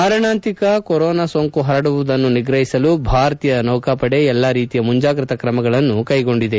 ಮಾರಣಾಂತಿಕ ಕೊರೋನಾ ಸೋಂಕು ಪರಡುವುದನ್ನು ನಿಗ್ರಹಿಸಲು ಭಾರತೀಯ ನೌಕಾಪಡೆ ಎಲ್ಲ ರೀತಿಯ ಮುಂಜಾಗ್ರತಾ ಕ್ರಮಗಳನ್ನು ಕ್ಲೆಗೊಂಡಿದೆ